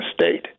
state